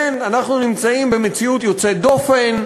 כן, אנחנו נמצאים במציאות יוצאת דופן,